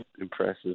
impressive